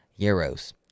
euros